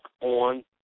on